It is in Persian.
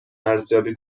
ارزیابی